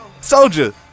Soldier